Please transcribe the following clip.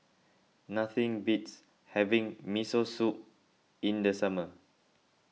nothing beats having Miso Soup in the summer